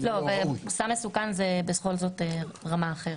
סם מסוכן, הוא רמה אחרת.